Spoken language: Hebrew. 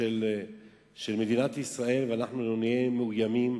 של מדינת ישראל ואנחנו נהיה מאוימים